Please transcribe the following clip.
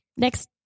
Next